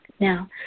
Now